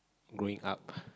growing up